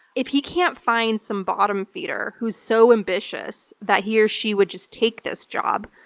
if he can't find some bottom feeder who's so ambitious that he or she would just take this job,